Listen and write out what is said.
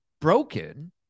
broken